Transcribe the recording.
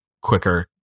quicker